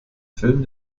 film